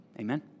Amen